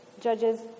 Judges